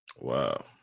Wow